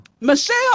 Michelle